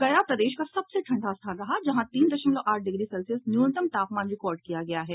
गया प्रदेश का सबसे ठंडा स्थान रहा जहां तीन दशमलव आठ डिग्री सेल्सियस न्यूनतम तापमान रिकॉर्ड किया गया है